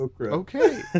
Okay